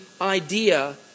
idea